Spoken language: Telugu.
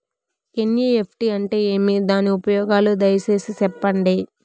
ఎన్.ఇ.ఎఫ్.టి అంటే ఏమి? దాని ఉపయోగాలు దయసేసి సెప్పండి?